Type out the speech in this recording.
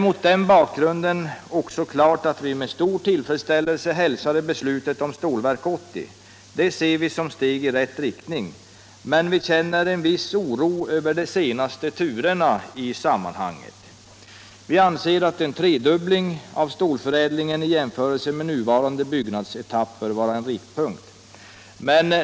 Mot den bakgrunden var det naturligt att vi med stor tillfredsställelse hälsade beslutet om Stålverk 80. Det ser vi som ett steg i rätt riktning. Men vi känner en viss oro över de senaste turerna i sammanhanget. Vi anser att en tredubbling av stålförädlingen i jämförelse med nuvarande byggnadsetapp bör vara en riktpunkt.